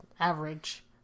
average